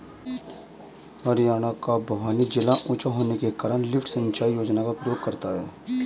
हरियाणा का भिवानी जिला ऊंचा होने के कारण लिफ्ट सिंचाई योजना का प्रयोग करता है